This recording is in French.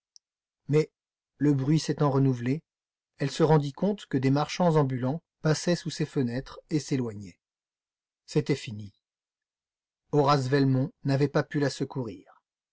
mais le bruit s'étant renouvelé elle se rendit compte que des marchands ambulants passaient sous ses fenêtres et s'éloignaient c'était fini horace velmont n'avait pas pu la secourir